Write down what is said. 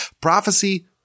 Prophecy